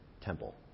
temple